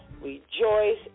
rejoice